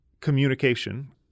communication